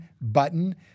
button